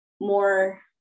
more